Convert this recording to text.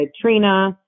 Trina